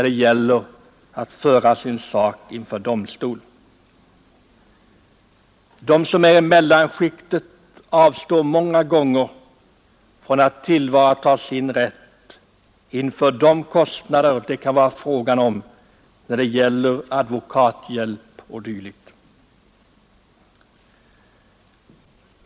De som befinner sig i mellanskiktet avstår många gånger från att tillvarata sin rätt på grund av de kostnader det kan bli fråga om för advokathjälp o. d.